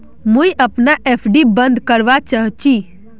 मुई अपना एफ.डी बंद करवा चहची